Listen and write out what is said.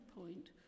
point